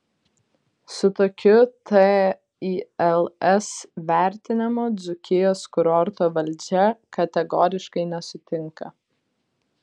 su tokiu tils vertinimu dzūkijos kurorto valdžia kategoriškai nesutinka